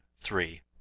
three